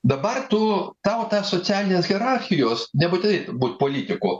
dabar tu tautą socialinės hierarchijos nebūtinai būt politiku